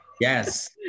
Yes